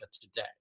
today